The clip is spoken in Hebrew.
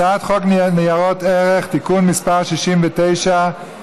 הצעת חוק ניירות ערך (תיקון מס' 69)